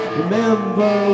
remember